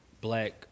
black